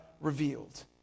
revealed